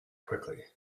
quickly